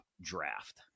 draft